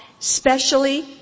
specially